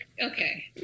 okay